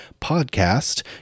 Podcast